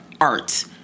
art